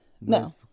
No